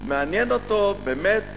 מעניין אותו באמת